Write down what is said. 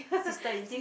sister